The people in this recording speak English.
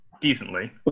decently